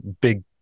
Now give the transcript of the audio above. big